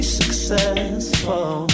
successful